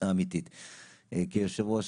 יעקב אשר אורי מקלב משה סולומון אפרת רייטן יושב-ראש